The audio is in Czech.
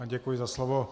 Děkuji za slovo.